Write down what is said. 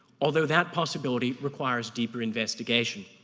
although that possibility requires deeper investigation.